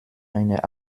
einer